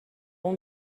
اون